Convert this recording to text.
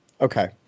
Okay